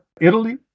Italy